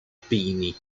pini